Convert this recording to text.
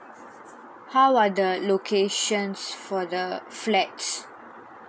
how are the locations for the flats